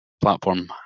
platform